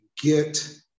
get